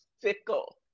fickle